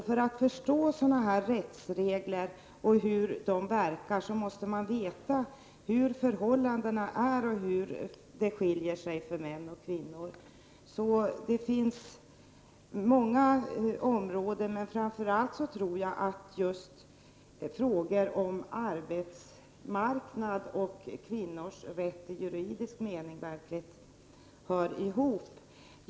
För att förstå sådana här rättsregler och hur de verkar måste man veta hurdana förhållandena är och hur de skiljer sig mellan män och kvinnor. Det finns alltså många områden att ta upp, men framför tror jag att allt frågor om arbetsmarknaden och kvinnors rätt i juridisk mening hör ihop.